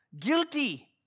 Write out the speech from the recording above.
guilty